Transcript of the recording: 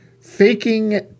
Faking